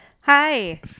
Hi